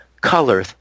color